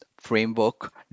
framework